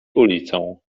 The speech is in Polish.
ulicą